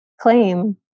claim